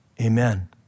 Amen